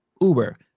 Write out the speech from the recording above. Uber